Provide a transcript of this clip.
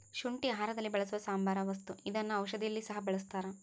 ಶುಂಠಿ ಆಹಾರದಲ್ಲಿ ಬಳಸುವ ಸಾಂಬಾರ ವಸ್ತು ಇದನ್ನ ಔಷಧಿಯಲ್ಲಿ ಸಹ ಬಳಸ್ತಾರ